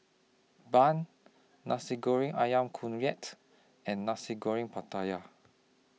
Bun Nasi Goreng Ayam Kunyit and Nasi Goreng Pattaya